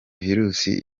virusi